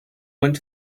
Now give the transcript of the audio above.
went